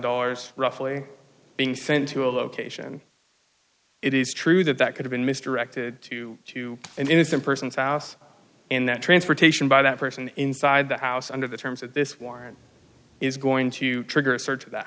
dollars roughly being sent to a location it is true that that could have been mr acted too to an innocent person's house and that transportation by that person inside the house under the terms of this warrant is going to trigger a search of that